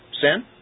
sin